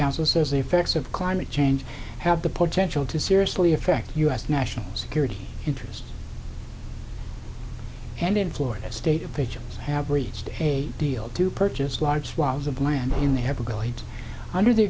council says the effects of climate change have the potential to seriously affect u s national security interests and in florida state officials have reached a deal to purchase large swathes of land in the everglades under the